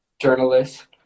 journalist